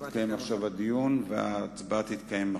יתקיים עכשיו הדיון וההצבעה תתקיים מחר.